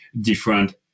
different